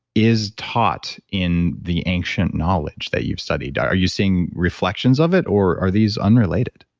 is taught in the ancient knowledge that you've studied. are you seeing reflections of it or are these unrelated?